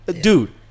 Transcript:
Dude